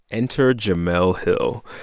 enter jemele hill.